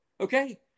Okay